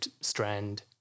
strand